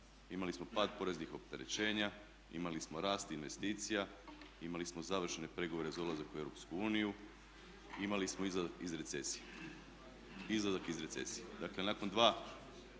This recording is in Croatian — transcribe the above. imali smo pad poreznih opterećenja, imali smo rast investicija, imali smo završene pregovore za ulazak u EU, imali smo izlazak iz recesije. Dakle, nakon dva